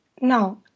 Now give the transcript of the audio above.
no